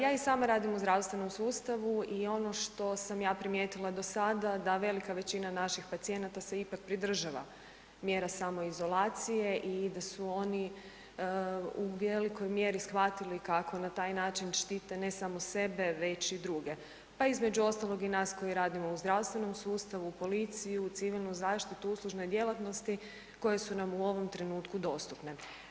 Ja i sama radim u zdravstvenom sustavu i ono što sam ja primijetila do sada da velika većina naših pacijenata se ipak pridržava mjera samoizolacije i da su oni u velikoj mjeri shvatili kako na taj način štite ne samo sebe već i druge, pa između ostalog i nas koji radimo u zdravstvenom sustavu, policiju, civilnu zaštitu, uslužne djelatnosti koje su nam u ovom trenutku dostupne.